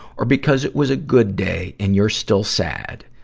or because it was a good day and you're still sad.